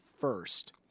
first